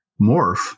morph